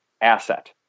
asset